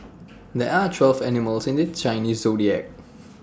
there are twelve animals in the Chinese Zodiac